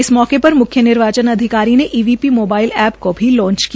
इस मौके पर मुख्य निर्वाचन अधिकारी ने ईवीपी मोबाईल एप्प को भी लाँच किया